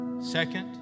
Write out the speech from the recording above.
Second